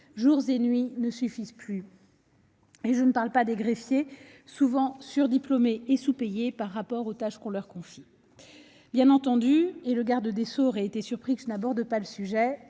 Jours et nuits ne suffisent plus. Et je ne parle pas des greffiers, souvent surdiplômés et sous-payés au regard des tâches qu'on leur confie. Bien évidemment, et la ministre aurait été surprise que je n'aborde pas le sujet,